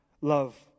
love